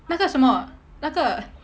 那个什么那个